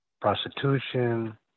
prostitution